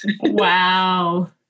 Wow